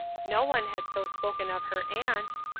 no one had so spoken of her aunt.